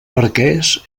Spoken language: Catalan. barquers